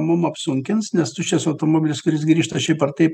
mum apsunkins nes tuščias automobilis kuris grįžta šiaip ar taip